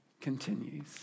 continues